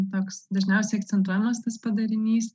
toks dažniausiai akcentuojamas tas padarinys